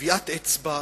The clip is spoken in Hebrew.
טביעת אצבע,